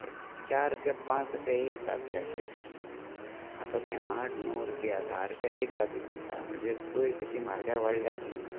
एक चार रुपया पांच रुपया एक तातीं आशिल्लें आतां तें आठ णव रुपया धा रुपया एक ताती पडटा म्हणजे पळय कशी म्हारगाय वाडल्या ती